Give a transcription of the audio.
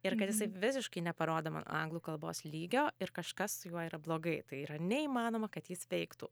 ir kad jisai visiškai neparodo mano anglų kalbos lygio ir kažkas juo yra blogai tai yra neįmanoma kad jis veiktų